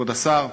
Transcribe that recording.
כבוד השר,